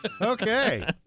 Okay